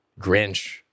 Grinch